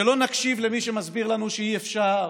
שלא נקשיב למי שמסביר לנו שאי-אפשר,